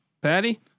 Patty